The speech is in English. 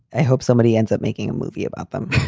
i hope somebody ends up making a movie about them.